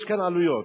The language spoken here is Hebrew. יש כאן עלויות.